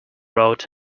road